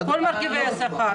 כל מרכיבי השכר.